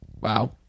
Wow